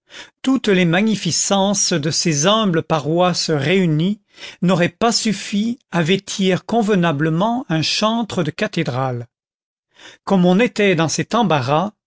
toutes les magnificences de ces humbles paroisses réunies n'auraient pas suffi à vêtir convenablement un chantre de cathédrale comme on était dans cet embarras